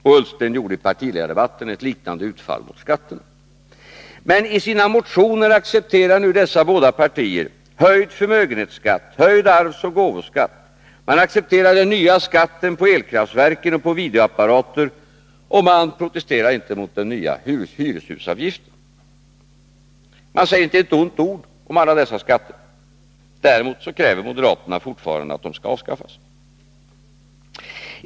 Ola Ullsten gjorde i partiledardebatten ett liknande utfall mot skatterna. Men i sina motioner accepterar nu dessa båda partier höjd förmögenhetsskatt och höjd arvsoch gåvoskatt. De accepterar den nya skatten på elkraftverken och på videoapparater, och de protesterar inte mot den nya hyreshusavgiften. De säger inte ett ont ord om alla dessa skatter. Däremot kräver moderaterna fortfarande att de skall avskaffas.